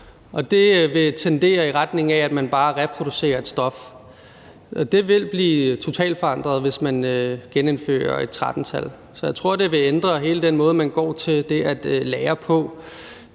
det vil tendere mod, at man bare reproducerer et stof. Det vil blive totalt forandret, hvis man genindfører et 13-tal. Så jeg tror, det vil ændre hele den måde, man går til det at lære på.